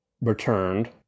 returned